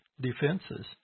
defenses